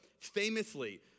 famously